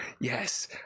yes